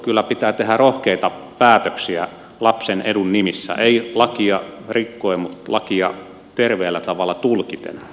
kyllä pitää tehdä rohkeita päätöksiä lapsen edun nimissä ei lakia rikkoen mutta lakia terveellä tavalla tulkiten